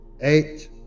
eight